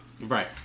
right